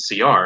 cr